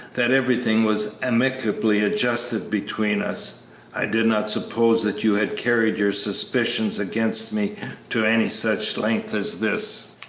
that everything was amicably adjusted between us i did not suppose that you had carried your suspicions against me to any such length as this!